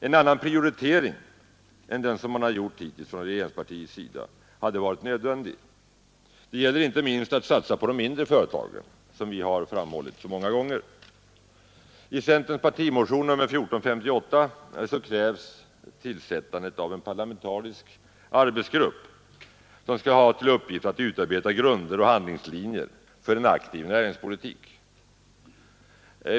En annan prioritering än den som man gjort hittills från regeringspartiets sida hade varit nödvändig. Det gäller inte minst att satsa på de mindre företagen som vi har framhållit så många gånger. I centerns partimotion nr 1458 krävs tillsättandet av en parlamentarisk arbetsgrupp, som skall ha till uppgift att utarbeta grunder och handlingslinjer för en aktiv näringspolitik.